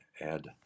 add